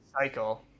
cycle